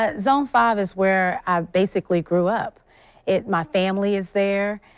ah zone father's where i basically grew up it my family is there.